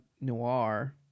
Noir